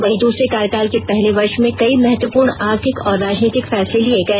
वहीं दूसरे कार्यकाल के पहले वर्ष में कई महत्वपूर्ण आर्थिक और राजनीतिक फैसले लिए गए